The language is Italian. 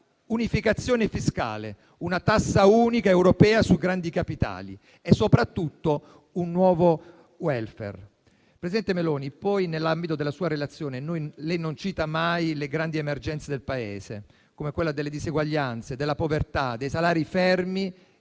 unificazione fiscale, una tassa unica europea su grandi capitali e un nuovo *welfare.* Presidente Meloni, nella sua relazione lei non cita mai le grandi emergenze del Paese, come quella delle diseguaglianze, della povertà, dei salari fermi,